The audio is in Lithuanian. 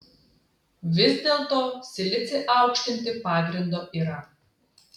vis dėlto silicį aukštinti pagrindo yra